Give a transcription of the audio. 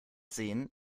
sehen